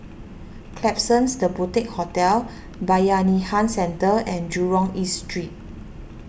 Klapsons the Boutique Hotel Bayanihan Centre and Jurong East Street